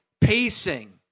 pacing